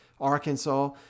Arkansas